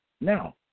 Now